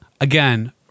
Again